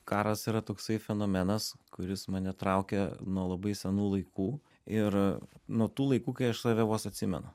karas yra toksai fenomenas kuris mane traukė nuo labai senų laikų ir nuo tų laikų kai aš save vos atsimenu